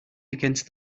against